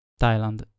Thailand